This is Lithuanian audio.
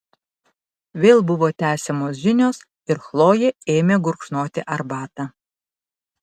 vėl buvo tęsiamos žinios ir chlojė ėmė gurkšnoti arbatą